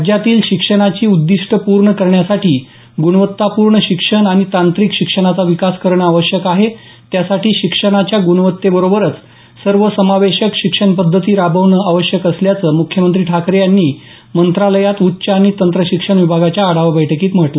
राज्यातील शिक्षणाची उद्दिष्ट पूर्ण करण्यासाठी गुणवत्तापूर्ण शिक्षण आणि तांत्रिक शिक्षणाचा विकास करणं आवश्यक आहे त्यासाठी शिक्षणाच्या गुणवत्तेबरोबरच सर्वसमावेशक शिक्षणपद्धती राबवणं आवश्यक असल्याचं मुख्यमंत्री ठाकरे यांनी मंत्रालयात उच्च आणि तंत्र शिक्षण विभागाच्या आढावा बैठकीत म्हटलं